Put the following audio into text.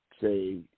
say